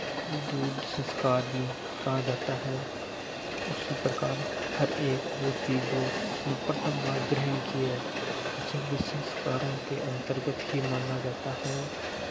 दूध संस्कार भी कहा जाता है उसी प्रकार हर एक वो चीज़ जो उसने प्रथम बार ग्रहण किए उसे भी संस्कारों के अन्तर्गत ही माना जाता है